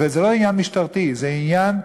וזה לא עניין משטרתי, זה עניין ציבורי.